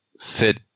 fit